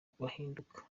bahinduka